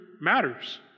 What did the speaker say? matters